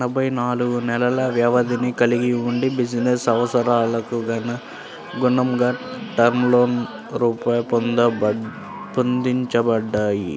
ఎనభై నాలుగు నెలల వ్యవధిని కలిగి వుండి బిజినెస్ అవసరాలకనుగుణంగా టర్మ్ లోన్లు రూపొందించబడ్డాయి